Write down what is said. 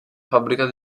fabbrica